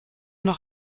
noch